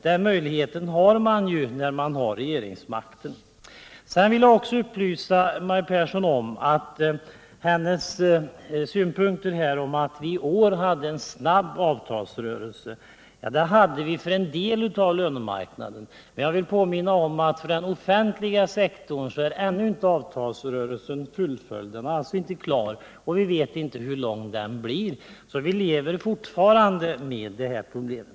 Den möjligheten har man ju när Maj Pehrsson sade att vi i år hade en snabb avtalsrörelse. Ja, det hade vi för Onsdagen den en del av lönemarknaden. Men jag vill påminna om att avtalsrörelsen ännu 26 april 1978 inte är klar för den offentliga sektorn, och vi vet inte hur lång den blir. Vi lever alltså fortfarande med detta problem.